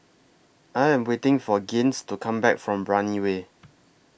I Am waiting For Gaines to Come Back from Brani Way